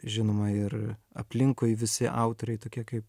žinoma ir aplinkui visi autoriai tokie kaip